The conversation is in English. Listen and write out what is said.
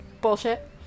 bullshit